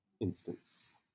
instance